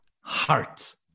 heart